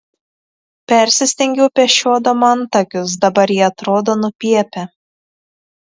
persistengiau pešiodama antakius dabar jie atrodo nupiepę